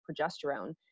progesterone